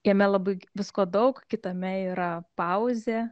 jame labai visko daug kitame yra pauzė